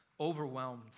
overwhelmed